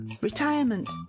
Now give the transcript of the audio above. retirement